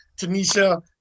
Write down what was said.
tanisha